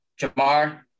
Jamar